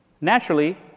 Naturally